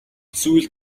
зүйл